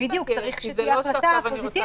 כי זה לא שעכשיו אם בא לי לצאת לחופש --- בדיוק,